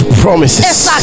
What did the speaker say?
promises